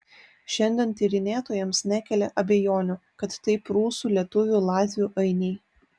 šiandien tyrinėtojams nekelia abejonių kad tai prūsų lietuvių latvių ainiai